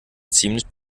ziemlich